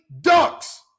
ducks